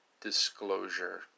disclosure